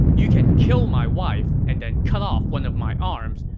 you can kill my wife and then cut off one of my arms.